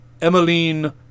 Emmeline